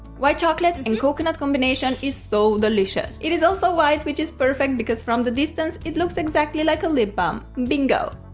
white chocolate and coconut combination is so delicious. it is also white, which is perfect because from the distance it looks exactly like a lip balm. bingo!